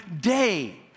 day